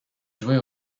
jouait